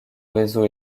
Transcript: réseau